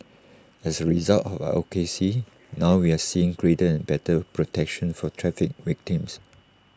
as A result of our advocacy now we are seeing greater and better protection for traffic victims